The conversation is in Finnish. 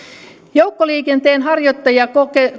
joukkoliikenteen harjoittajia